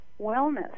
wellness